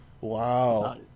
Wow